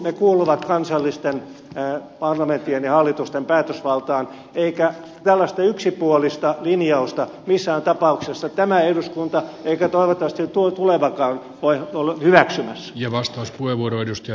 ne kuuluvat kansallisten parlamenttien ja hallitusten päätösvaltaan eikä tällaista yksipuolista linjausta missään tapauksessa tämä eduskunta eikä toivottavasti tulevakaan voi olla hyväksymässä